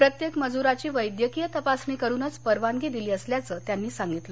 प्रत्येक मजुराची वैद्यकीय तपासणी करूनच परवानगी दिली असल्याचं त्यांनी सांगितलं